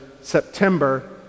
September